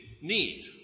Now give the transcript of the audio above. need